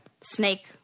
snake